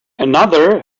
another